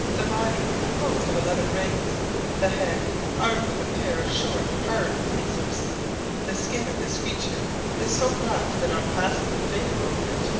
the body composed of eleven rings the head armed with a pair of short, hard pincers the skin of this creature is so rough that on passing your finger over it,